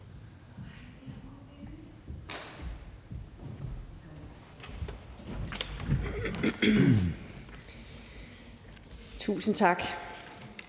Tusind tak.